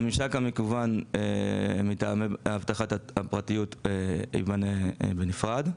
הממשק המקוון מטעמי אבטחת הפרטיות יבנה בנפרד.